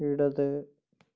ഇടത്